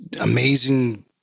amazing